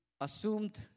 assumed